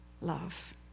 love